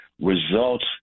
results